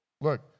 look